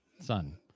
son